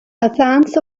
athens